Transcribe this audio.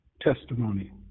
testimony